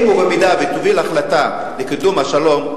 אם ובמידה שתוביל החלטה לקידום השלום,